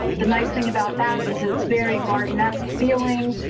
um the nice thing about that is it's very garden esque feeling